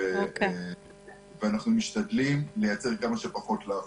אנחנו משתדלים לייצר כמה שפחות לחץ.